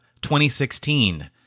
2016